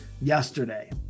yesterday